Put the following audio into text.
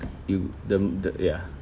you the the ya